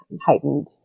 heightened